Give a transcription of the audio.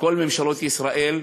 כל ממשלות ישראל,